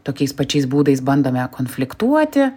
tokiais pačiais būdais bandome konfliktuoti